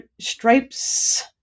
stripes